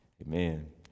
Amen